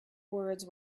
words